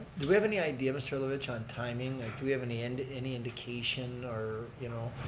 do we have any idea mr. levkovich on timing? like do we have any and any indication or you know,